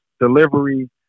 delivery